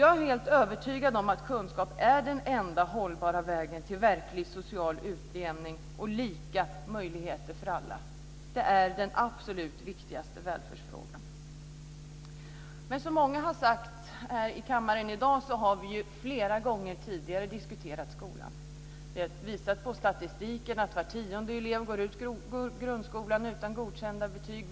Jag är helt övertygad om att kunskap är den enda hållbara vägen fram till verklig social utjämning och lika möjligheter för alla. Detta är den absolut viktigaste välfärdsfrågan. Som många sagt här i kammaren i dag har vi flera gånger tidigare diskuterat skolan. Vi har också visat på statistiken. Var tionde elev går ut grundskolan utan godkända betyg.